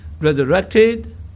resurrected